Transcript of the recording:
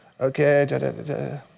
okay